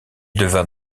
devint